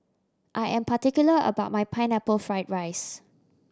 I am particular about my Pineapple Fried rice